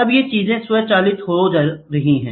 अब ये चीजें स्वचालित हो रही हैं